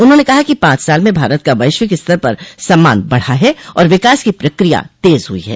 उन्होंने कहा कि पाँच साल में भारत का वैश्विक स्तर पर सम्मान बढ़ा है और विकास की प्रक्रिया तेज हुई हैं